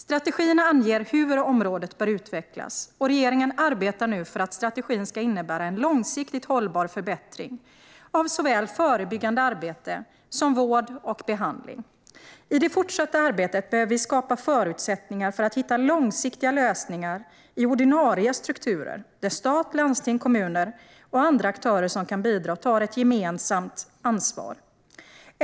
Strategin anger hur området bör utvecklas, och regeringen arbetar nu för att strategin ska innebära en långsiktigt hållbar förbättring av såväl förebyggande arbete som vård och behandling. I det fortsatta arbetet behöver vi skapa förutsättningar för att hitta långsiktiga lösningar i ordinarie strukturer där stat, landsting, kommuner och andra aktörer som kan bidra tar ett gemensamt ansvar.